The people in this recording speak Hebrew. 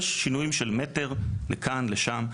יש שינויים של מטר לכאן ולשם,